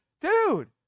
dude